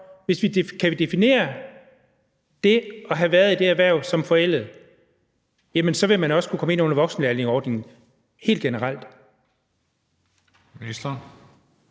derfor kan definere det at have været i det erhverv som forældet, så vil man også kunne komme ind under voksenlærlingeordningen helt generelt?